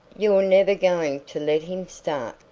you're never going to let him start,